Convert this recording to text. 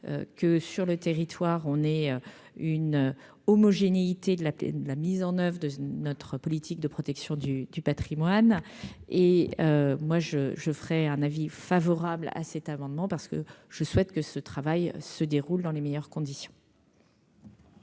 que sur le territoire, on est une homogénéité de la de la mise en oeuvre de notre politique de protection du du Patrimoine, et moi je, je ferais un avis favorable à cet amendement parce que je souhaite que ce travail se déroule dans les meilleures conditions.